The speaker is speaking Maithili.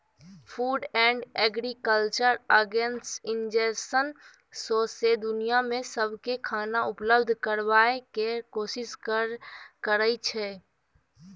फूड एंड एग्रीकल्चर ऑर्गेनाइजेशन सौंसै दुनियाँ मे सबकेँ खाना उपलब्ध कराबय केर कोशिश करइ छै